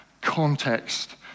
context